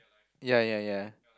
ya ya ya